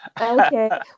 Okay